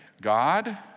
God